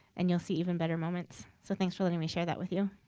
and you'll see even better moments. so thanks for letting me share that with you.